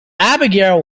abigail